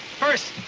first,